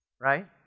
Right